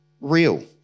real